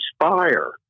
inspire